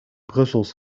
brussels